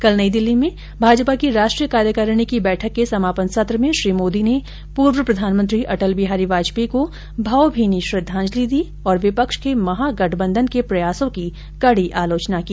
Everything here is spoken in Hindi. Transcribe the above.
कल नई दिल्ली में भाजपा की राष्ट्रीय कार्यकारिणी की बैठक के समापन सत्र में श्री मोदी ने पूर्व प्रधानमंत्री अटल बिहारी वाजपेयी को भावभीनी श्रद्धांजलि दी और विपक्ष के महा गठबंधन के प्रयासों की कड़ी आलोचना की